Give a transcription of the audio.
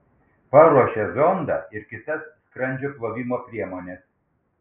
paruošia zondą ir kitas skrandžio plovimo priemones